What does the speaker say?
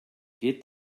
geht